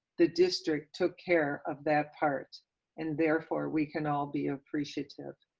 the district took care of that part and therefore we can all be appreciative.